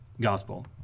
gospel